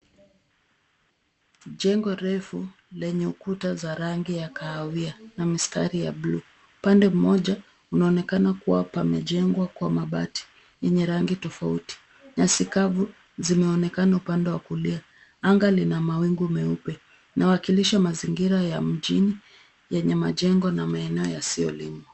Jengo refu lenye ukuta za rangi ya kahawia na mistari ya buluu. Upande mmoja kunaonekana kuwa pamejengwa kwa mabati yenye rangi tofauti. Nyasi kavu zimeonekana upande wa kulia. Anga lina mawingu meupe. Linawakilisha mazingira ya mjini yenye majengo na maeneo yasiyolimwa.